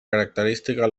característica